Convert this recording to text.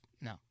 no